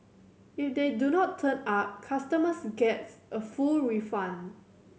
if they do not turn up customers gets a full refund